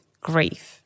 grief